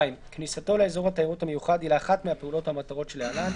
(2)כניסתו לאזור התיירות המיוחד היא לאחת מהפעולות או המטרות שלהלן: